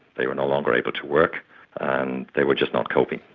they were no longer able to work and they were just not coping.